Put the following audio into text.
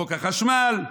חוק החשמל,